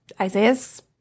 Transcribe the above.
Isaiah's